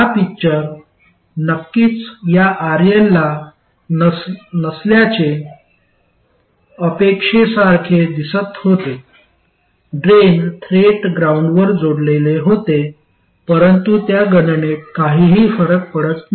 हा पिक्चर नक्कीच या RL ला नसल्याचे अपेक्षेसारखे दिसत होते ड्रेन थेट ग्राउंडवर जोडलेले होते परंतु त्या गणनेत काहीही फरक पडत नाही